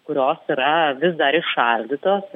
kurios yra vis dar įšaldytos